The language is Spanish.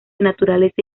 naturaleza